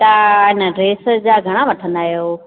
त इन ड्रेस जा घणा वठंदा आहियो